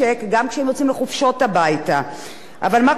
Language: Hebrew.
אבל מה קורה כשהם מסיימים את השירות?